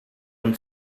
and